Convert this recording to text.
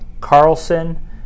Carlson